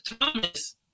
Thomas